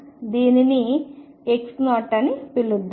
దీనిని X0 అని పిలుద్దాం